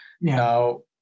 Now